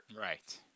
Right